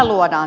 puhemies